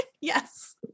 yes